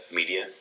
media